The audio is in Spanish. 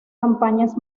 campañas